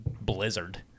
blizzard